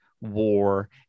war